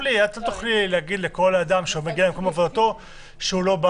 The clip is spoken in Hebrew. תוכלי להגיד לכל אדם שמגיע למקום עבודתו שהוא לא בא